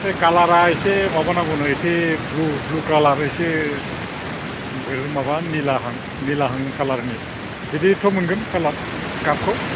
बे खालारा एसे माबा नांगौनो एसे ब्लु ब्लु खालार एसे माबा निलाहां निलाहां खालारनि बिदिथ' मोनगोन खालार गाबखौ